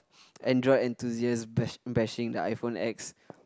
Android enthusiast bash~ bashing the iPhone X